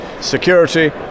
Security